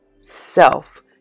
self